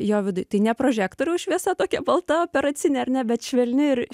jo viduj tai ne prožektoriaus šviesa tokia balta operacinė ar ne bet švelni ir